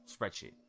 spreadsheet